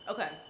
Okay